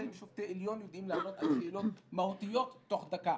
אם שופטי העליון יודעים לענות על שאלות מהותיות תוך דקה.